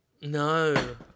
No